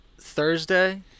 Thursday